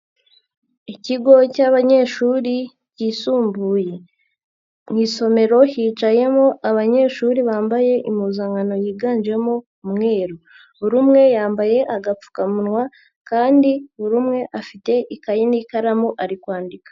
Ikigo cy'abanyeshuri ryisumbuye, mu isomero hicayemo abanyeshuri bambaye impuzankano yiganjemo umweru, buri umwe yambaye agapfukamunwa kandi buri umwe afite ikayi n'ikaramu ari kwandika.